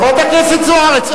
חברת הכנסת זוארץ,